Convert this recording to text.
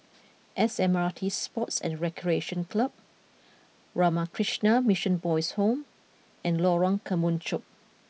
S M R T Sports and Recreation Club Ramakrishna Mission Boys' Home and Lorong Kemunchup